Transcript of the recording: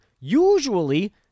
usually